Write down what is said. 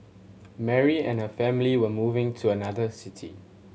Mary and her family were moving to another city